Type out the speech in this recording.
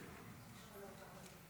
אדוני היושב-ראש, חבריי חברי הכנסת,